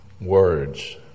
words